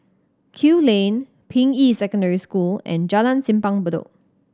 Kew Lane Ping Yi Secondary School and Jalan Simpang Bedok